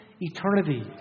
eternity